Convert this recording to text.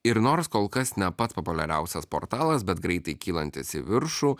ir nors kol kas ne pats populiariausias portalas bet greitai kylantis į viršų